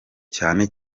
cyane